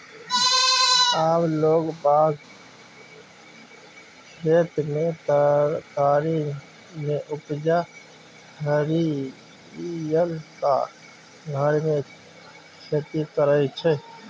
आब लोग बाग खेत मे तरकारी नै उपजा हरियरका घर मे खेती करय छै